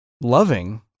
loving